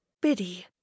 biddy